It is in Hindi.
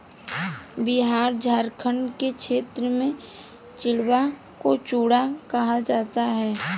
बिहार झारखंड के क्षेत्र में चिड़वा को चूड़ा कहा जाता है